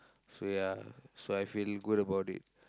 so ya so I feel good about it